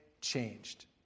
changed